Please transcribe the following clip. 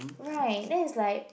right then is like